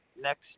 next